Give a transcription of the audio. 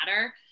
matter